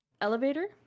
elevator